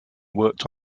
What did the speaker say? worked